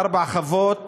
ארבע חוות